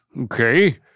Okay